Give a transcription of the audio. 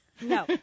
No